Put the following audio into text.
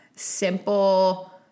simple